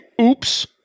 Oops